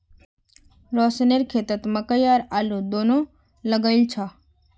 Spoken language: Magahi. रोशनेर खेतत मकई और आलू दोनो लगइल छ